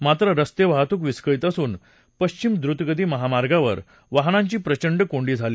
मात्र रस्ते वाहतूक विस्कळीत असून पश्चिम ट्टुतगती महामार्गावर वाहनांची प्रचंड कोंडी झाली